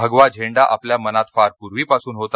भगवा झेंडा आपल्या मनात फार पूर्वीपासून होता